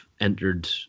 entered